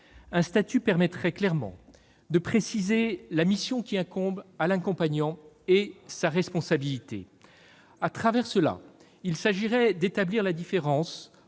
Un statut permettrait clairement de préciser la mission qui incombe à l'accompagnant et sa responsabilité. Il s'agirait ainsi d'établir la différence